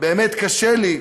באמת קשה לי,